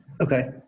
Okay